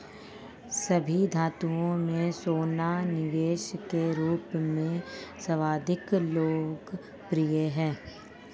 सभी धातुओं में सोना निवेश के रूप में सर्वाधिक लोकप्रिय है